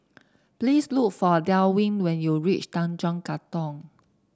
please look for Delwin when you reach Tanjong Katong